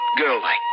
girl-like